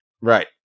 Right